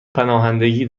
پناهندگی